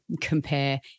compare